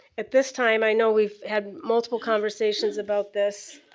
at this time i know we've had multiple conversations about this.